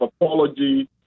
apology